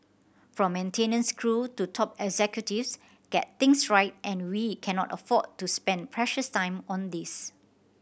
from maintenance crew to top executives get things right and we cannot afford to spend precious time on this